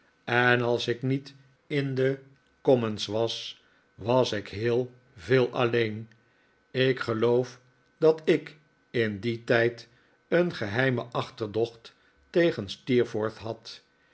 en als ik niet in de commons was was ik heel veel alleen ik geloof dat ik in dien tijd een geheimen achterdocht tegen steerforth had